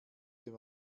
dem